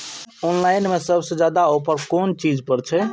Online में सबसे ज्यादा ऑफर कोन चीज पर छे?